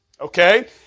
okay